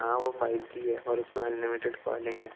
हाँ वो five G है और उसमें अनलिमिटेड कॉलिंग है